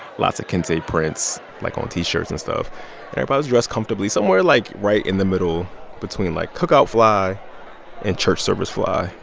lots of kente prints like on t-shirts and stuff. and everybody was dressed comfortably, somewhere, like, right in the middle between, like, cookout fly and church-service fly.